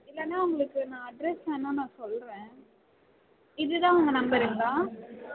இல்லைனா உங்களுக்கு நான் அட்ரஸ் வேணால் நான் சொல்கிறேன் இது தான் உங்கள் நம்பருங்களா